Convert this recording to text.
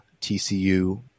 TCU